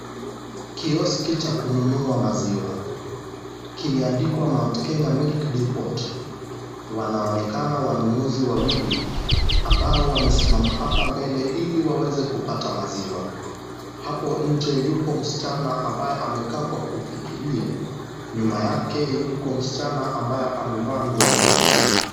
Kioski cha kununua maziwa kimeandikwa Mount Kenya Milk Depot . Wanaonekana wanunuzi wawili ambao wamesimama hapa mbele ili waweze kupata maziwa. Hapo nje yupo msichana ambaye amekaa kwa kufikiria, nyuma yake yuko msichina ambaye amevaa nguo nyeusi.